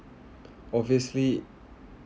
obviously